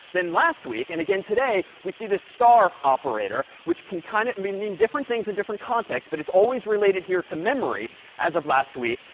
then last week and again today, we see the star operator, which can kind of mean mean different things in different contexts. but it's always related here to memory as of last week.